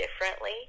differently